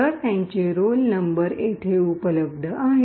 तरत्यांचे roll number येथे उपलब्ध आहेत